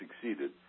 succeeded